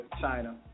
China